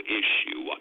issue